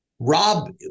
Rob